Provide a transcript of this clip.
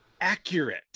accurate